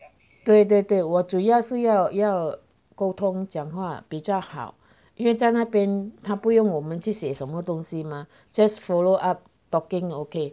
对对对我主要是要要沟通讲话比较好因为在那边他不用我们去写什么东西吗 just follow up talking okay